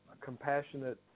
compassionate